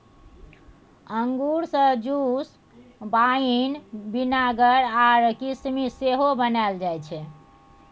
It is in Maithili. अंगुर सँ जुस, बाइन, बिनेगर आ किसमिस सेहो बनाएल जाइ छै